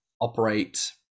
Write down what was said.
operate